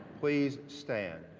please stand.